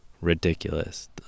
ridiculous